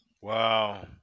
Wow